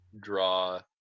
draw